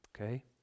Okay